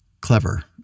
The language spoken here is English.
clever